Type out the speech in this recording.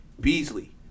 Beasley